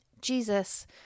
Jesus